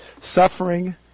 suffering